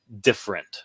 different